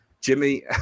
Jimmy